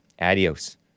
Adios